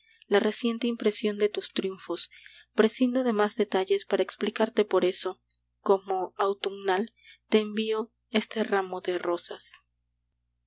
la reciente impresión de tus triunfos prescindo de más detalles para explicarte por eso como autumnal te envío este ramo de rosas